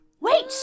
Wait